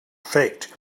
faked